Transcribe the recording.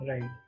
Right